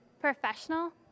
professional